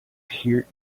here